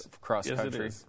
cross-country